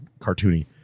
cartoony